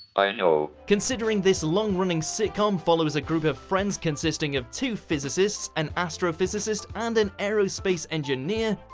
ah you know considering this long-running sitcom follows a group of friends consisting of two physicists, an astrophysicist and an aerospace engineer,